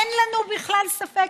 אין לנו בכלל ספק.